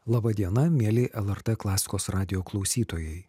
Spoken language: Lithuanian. laba diena mieli lrt klasikos radijo klausytojai